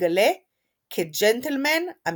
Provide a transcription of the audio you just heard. יתגלה כג'נטלמן אמיתי.